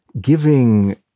giving